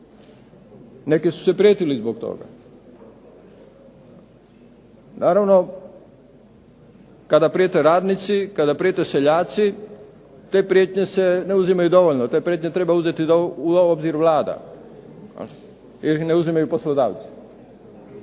Neki su se prijetili zbog toga. Naravno kada prijete radnici, kada prijete seljaci te prijetnje se ne uzimaju dovoljno. Te prijetnje treba uzeti u obzir Vlada jer ih ne uzimaju poslodavci,